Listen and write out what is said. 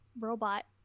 robot